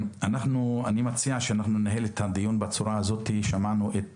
אני מציע שננהל את הדיון בצורה הזו: שמענו את